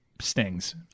stings